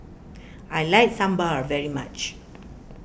I like Sambar very much